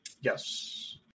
yes